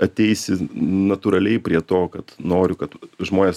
ateisi natūraliai prie to kad noriu kad žmonės